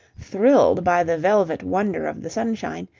thrilled by the velvet wonder of the sunshine,